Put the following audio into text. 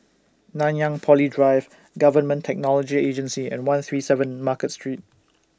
Nanyang Poly Drive Government Technology Agency and one three seven Market Street